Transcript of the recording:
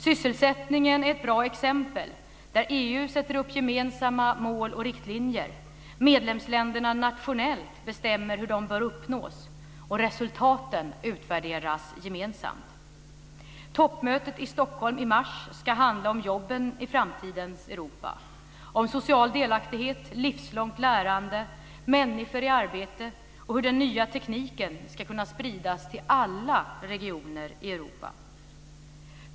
Sysselsättningen är ett bra exempel, där EU sätter upp gemensamma mål och riktlinjer, medlemsländerna nationellt bestämmer hur de bör uppnås, och resultaten utvärderas gemensamt. Toppmötet i Stockholm i mars ska handla om jobben i framtidens Europa - om social delaktighet, livslångt lärande, människor i arbete och hur den nya tekniken ska kunna spridas till alla regioner i Europa.